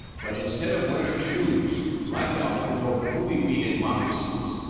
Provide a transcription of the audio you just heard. but instead of wearing shoes, black elk wore fully beaded moccasins.